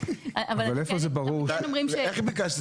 איך אנחנו מוודאים את